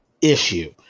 issue